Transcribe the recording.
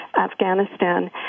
Afghanistan